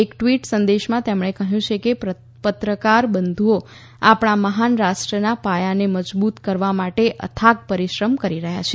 એક ટવીટ સંદેશમાં તેમણે કહ્યું છે કે પત્રકાર બંધુઓ આપણા મહાન રાષ્ટ્રના પાયાને મજબુત કરવા માટે અથાક પરીશ્રમ કરી રહ્યાં છે